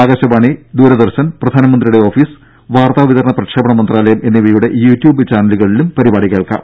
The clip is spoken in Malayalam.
ആകാശവാണി ദൂരദർശൻ പ്രധാനമന്ത്രിയുടെ ഓഫീസ് വാർത്താവിതരണ പ്രക്ഷേപണ മന്ത്രാലയം എന്നിവയുടെ യു ട്യൂബ് ചാനലുകളിലും പരിപാടി കേൾക്കാം